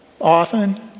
often